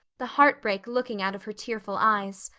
the heartbreak looking out of her tearful eyes.